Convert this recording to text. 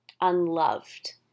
unloved